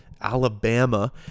Alabama